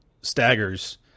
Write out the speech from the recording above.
staggers